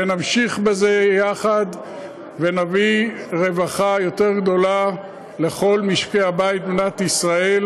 נמשיך בזה יחד ונביא רווחה יותר גדולה לכל משקי הבית במדינת ישראל,